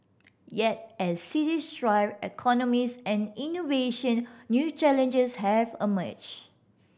yet as cities drive economies and innovation new challenges have emerged